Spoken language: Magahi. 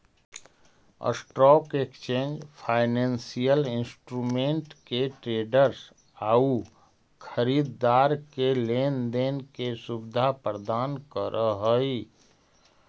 स्टॉक एक्सचेंज फाइनेंसियल इंस्ट्रूमेंट के ट्रेडर्स आउ खरीदार के लेन देन के सुविधा प्रदान करऽ हइ